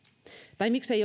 tai miksei